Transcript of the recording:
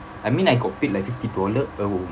I mean I got paid like fifty dollar a